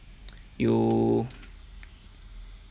you